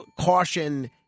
caution